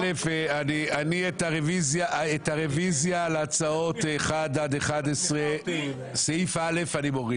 את הרוויזיה להצעות 1 עד 11, סעיף (א), אני מוריד.